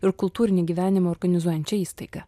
ir kultūrinį gyvenimą organizuojančia įstaiga